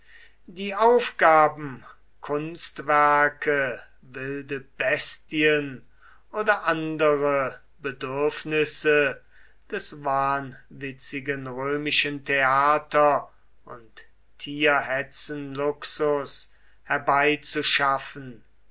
die aufgaben kunstwerke wilde bestien oder andere bedürfnisse des wahnwitzigen römischen theater und tierhetzenluxus herbeizuschaffen